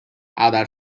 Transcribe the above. other